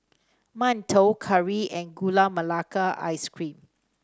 mantou curry and Gula Melaka Ice Cream